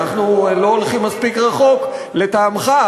אנחנו לא הולכים מספיק רחוק לטעמך,